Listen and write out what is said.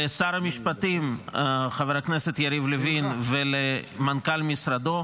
לשר המשפטים, חבר הכנסת יריב לוין ולמנכ"ל משרדו,